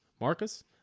Marcus